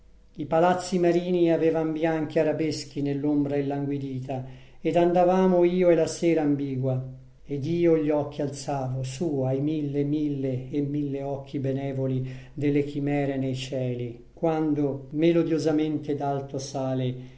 i palazzi marini avevan bianchi arabeschi nell'ombra illanguidita ed andavamo io e la sera ambigua ed io gli occhi alzavo su ai mille e mille e mille occhi benevoli delle chimere nei cieli quando melodiosamente d'alto sale